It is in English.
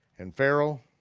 and pharaoh